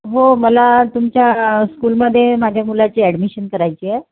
हो मला तुमच्या स्कूलमध्ये माझ्या मुलाची ॲडमिशन करायची आहे